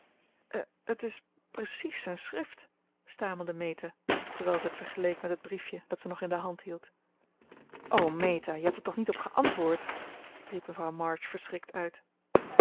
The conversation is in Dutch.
het is precies zijn schrift stamelde meta terwijl ze het vergeleek met het briefje dat ze nog in de hand hield o meta je hebt er toch niet op geantwoord riep mevrouw march verschrikt uit